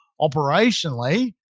operationally